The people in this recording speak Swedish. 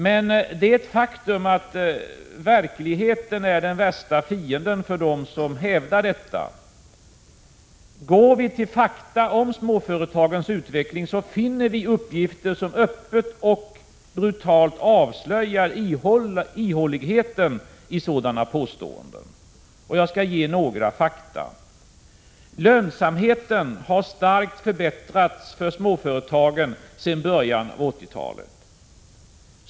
Men det är ett faktum att verkligheten är den värsta fienden för dem som hävdar detta. Går vi till fakta om småföretagens utveckling finner vi uppgifter som öppet och brutalt avslöjar ihåligheten i sådana påståenden. Jag skall redovisa några fakta. Lönsamheten har starkt förbättrats för småföretagen sedan början av 80-talet.